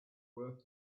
worth